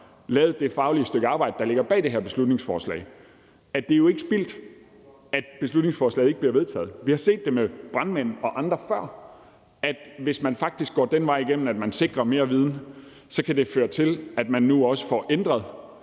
lavet det faglige stykke arbejde, der ligger bag det her beslutningsforslag, at det jo ikke er spildt, hvis beslutningsforslaget ikke bliver vedtaget. Vi har set med brandmænd og andre før, at hvis man faktisk går den vej, at man sikrer mere viden, kan det føre til, at man også får ændret